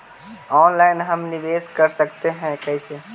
Online हम निवेश कर सकते है, कैसे?